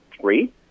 three